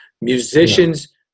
Musicians